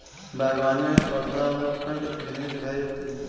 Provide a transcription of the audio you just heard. बागवानी में पौधरोपण की तकनीक सिखाई जाती है